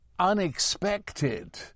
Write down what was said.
unexpected